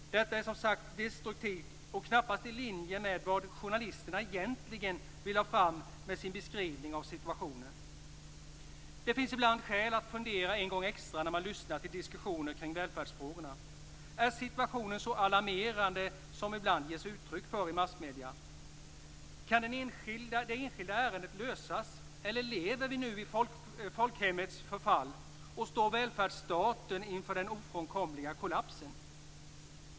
Detta är som sagt destruktivt och knappast i linje med vad journalisterna egentligen vill ha fram med sin beskrivning av situationen. Det finns ibland skäl att fundera en gång extra när man lyssnar till diskussionen kring välfärdsfrågorna. Är situationen så alarmerande som det ibland ges uttryck för i massmedierna? Kan det enskilda ärendet lösas eller lever vi nu i folkhemmets förfall? Står välfärdsstaten inför den ofrånkomliga kollapsen?